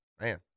man